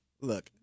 Look